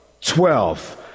Twelve